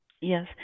Yes